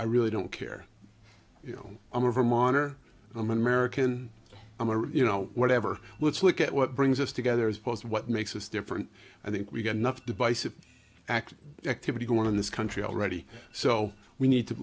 i really don't care you know i'm a vermonter i'm an american i'm a you know whatever let's look at what brings us together as opposed to what makes us different i think we've got enough divisive act activity going on in this country already so we need to